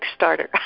Kickstarter